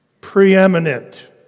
preeminent